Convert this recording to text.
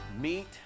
Meet